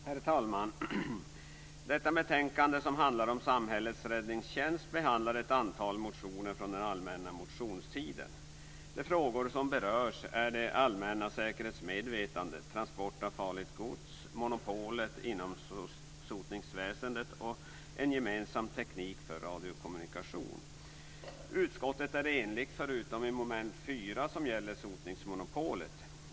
Herr talman! I detta betänkande om samhällets räddningstjänst behandlas ett antal motioner från den allmänna motionstiden. De frågor som berörs är det allmänna säkerhetsmedvetandet, transport av farligt gods, monopolet inom sotningsväsendet och en gemensam teknik för radiokommunikation. Utskottet är enigt förutom under mom. 4, som gäller sotningsmonopolet.